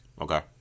Okay